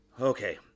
okay